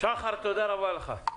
שחר, תודה רבה לך.